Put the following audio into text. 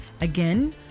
again